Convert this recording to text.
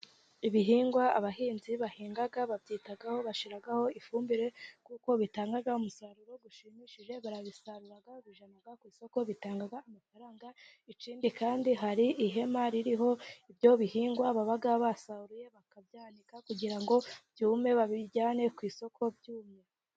Ibihingwa abahinzi bahinga babyitaho, bashiraho ifumbire kuko bitanga umusaruro ushimishije, barabisarura bibijyana ku isoko bitanga amafaranga ikindi kandi hari ihema ririho ibyo bihingwa baba basaruye bakabyanika kugira ngo byume babijyane ku isoko byumye.